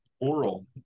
oral